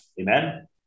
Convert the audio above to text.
Amen